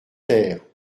terre